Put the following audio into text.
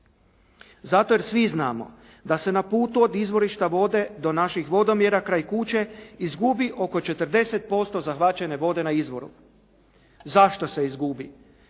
zato jer svi znamo da se na putu od izvorišta vode, do naših vodomjera kraj kuće …oko 40% zahvaćene vode na izvoru. Zašto se izgubi?